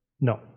no